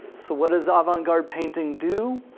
so what does ah avant-garde painting do?